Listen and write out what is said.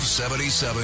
77